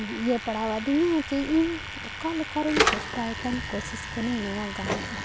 ᱤᱭᱟᱹ ᱯᱟᱲᱟᱣ ᱟᱫᱤᱧᱟ ᱡᱮ ᱤᱧ ᱚᱠᱟ ᱞᱮᱠᱟ ᱨᱤᱧ ᱪᱮᱥᱴᱟᱭ ᱠᱟᱱ ᱠᱚᱥᱤᱥ ᱠᱟᱹᱱᱟᱹᱧ ᱱᱚᱣᱟ ᱜᱟᱱᱚᱜᱼᱟ